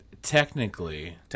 technically